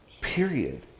Period